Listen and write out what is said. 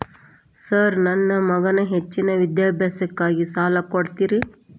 Sir ನನ್ನ ಮಗನ ಹೆಚ್ಚಿನ ವಿದ್ಯಾಭ್ಯಾಸಕ್ಕಾಗಿ ಸಾಲ ಕೊಡ್ತಿರಿ?